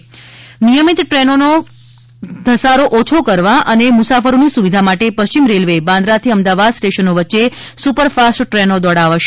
વિશેષ ટ્રેન નિયમિત ટ્રેનોનો ઘસારો ઓછો કરવા અને મુસાફરોની સુવિધા માટે પશ્ચિમ રેલ્વેએ બાંદ્રરાથી અમદાવાદ સ્ટેશનો વચ્ચે સુપરફાસ્ટ ટ્રેનો દોડાવાશે